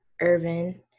Irvin